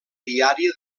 diària